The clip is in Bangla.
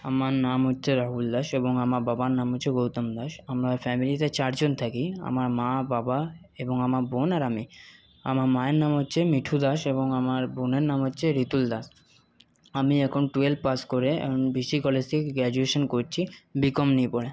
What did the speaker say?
আমার নাম হচ্ছে রাহুল দাস এবং আমার বাবার নাম হচ্ছে গৌতম দাস আমরা ফ্যামিলিতে চারজন থাকি আমার মা বাবা এবং আমার বোন আর আমি আমার মায়ের নাম হচ্ছে মিঠু দাস এবং আমার বোনের নাম হচ্ছে রিতুল দাস আমি এখন টুয়েলভ পাশ করে এখন বিসি কলেজ থেকে গ্র্যাজুয়েশান করছি বি কম নিয়ে পড়ে